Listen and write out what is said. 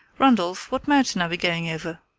randolph, what mountain are we going over?